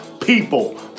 People